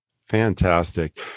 Fantastic